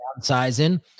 downsizing